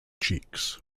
cheeks